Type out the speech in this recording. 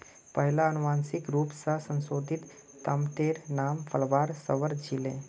पहिला अनुवांशिक रूप स संशोधित तमातेर नाम फ्लावर सवर छीले